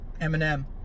Eminem